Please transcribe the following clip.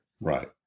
Right